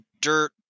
dirt